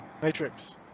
Matrix